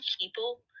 people